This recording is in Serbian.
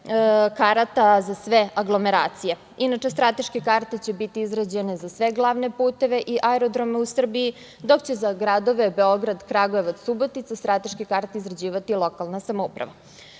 karata za sve aglomeracije. Inače, strateške karte će biti izrađene za sve glavne puteve i aerodrome u Srbiji, dok će za gradove Beograd, Kragujevac, Subotica, strateške karte izrađivati lokalna samouprava. Na